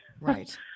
Right